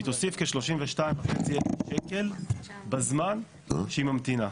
תוסיף כ-32,500 שקלים בזמן שהיא ממתינה.